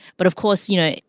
but of course, you know,